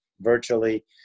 virtually